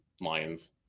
lions